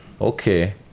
Okay